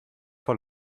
vor